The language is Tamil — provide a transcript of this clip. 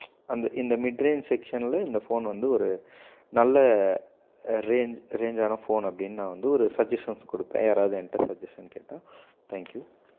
அந்த இந்த மிட் ரேஞ்ச் செக்க்ஷனில் இந்த ஃபோன் வந்து ஒரு நல்ல ரேஞ்ச் ரேஞ்சான ஃபோன் அப்படின்னு நான் வந்து ஒரு சஜெஷன்ஸ் கொடுப்பேன் யாராவது என்கிட்ட சஜெஷன்ஸ் கேட்டால் தேங்க் யூ